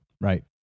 Right